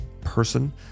person